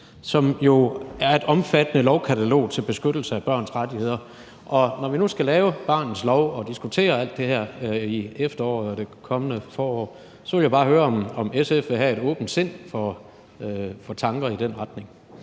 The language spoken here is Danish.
som jo er et omfattende lovkatalog til beskyttelse af børns rettigheder – og når vi nu skal lave barnets lov og diskutere alt det her i efteråret og det kommende forår, ville jeg bare høre, om SF vil have et åbent sind for tanker i den retning.